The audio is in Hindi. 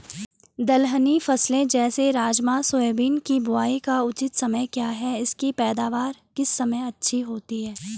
दलहनी फसलें जैसे राजमा सोयाबीन के बुआई का उचित समय क्या है इसकी पैदावार किस समय अच्छी होती है?